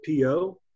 PO